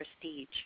prestige